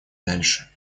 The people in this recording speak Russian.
дальше